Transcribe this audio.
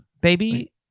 Baby